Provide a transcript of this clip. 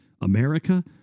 America